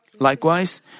Likewise